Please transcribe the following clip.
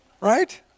Right